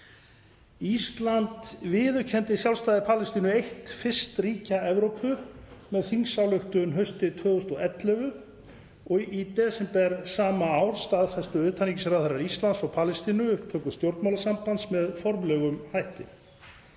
Ísland viðurkenndi sjálfstæði Palestínu, eitt fyrst ríkja Evrópu, með þingsályktun haustið 2011 og í desember sama ár staðfestu utanríkisráðherrar Íslands og Palestínu upptöku stjórnmálasambands með formlegum hætti.